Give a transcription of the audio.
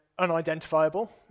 unidentifiable